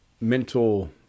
mental